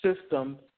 system